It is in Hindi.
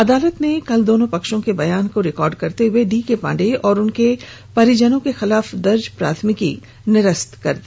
अदालत ने कल दोनों पक्षों के बयान को रिकॉर्ड करते हुए डीके पांडेय और उनके परिजनों के खिलाफ दर्ज प्राथमिकी को निरस्त कर दिया